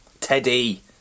Teddy